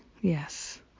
Yes